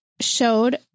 showed